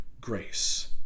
grace